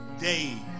day